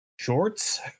shorts